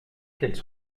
qu’elles